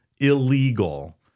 illegal